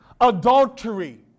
adultery